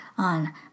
on